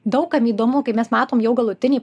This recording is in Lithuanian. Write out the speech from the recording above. daug kam įdomu kai mes matom jau galutinį